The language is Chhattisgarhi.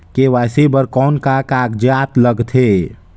के.वाई.सी बर कौन का कागजात लगथे?